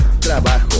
trabajo